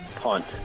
Punt